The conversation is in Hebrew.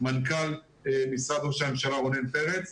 מנכ"ל משרד ראש הממשלה רונן פרץ.